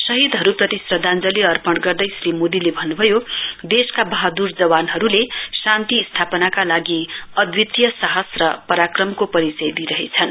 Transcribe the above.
शहीदहरुप्रति श्रध्याञ्जलि अपर्ण गर्दै श्री मोदीले भन्नुभयो देशका वहाद्र जवानहरुले शान्ति स्थापनाका लागि अदितीय साहस र पराक्रमको परिचय दिइरहेछन्